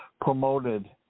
promoted